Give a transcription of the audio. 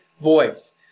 voice